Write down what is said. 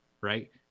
right